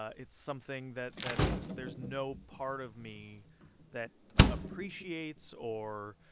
it's something that that there's no part of me that appreciates or,